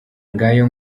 ngayo